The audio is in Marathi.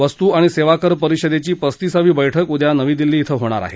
वस्तू आणि सेवाकर परिषदेची पस्तीसावी बैठक उद्या नवी दिल्ली केंद्रीय आहे